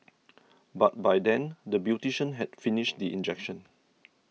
but by then the beautician had finished the injection